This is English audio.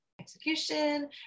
execution